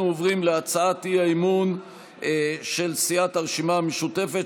אנחנו עוברים להצעת האי-אמון של סיעת הרשימה המשותפת,